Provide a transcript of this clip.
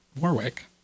warwick